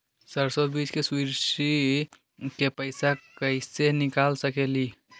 सरसों बीज के सब्सिडी के पैसा कईसे निकाल सकीले?